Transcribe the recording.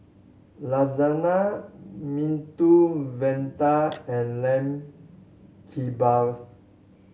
Lasagna Medu Vada and Lamb Kebabs